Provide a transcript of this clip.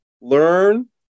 Learn